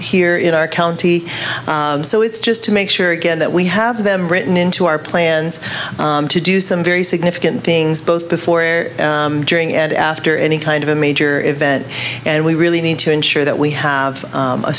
here in our county so it's just to make sure again that we have them written into our plans to do some very significant things both before during and after any kind of a major event and we really need to ensure that we have